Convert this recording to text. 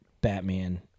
Batman